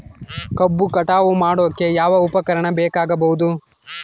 ಕಬ್ಬು ಕಟಾವು ಮಾಡೋಕೆ ಯಾವ ಉಪಕರಣ ಬೇಕಾಗಬಹುದು?